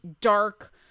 dark